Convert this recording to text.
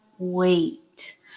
Wait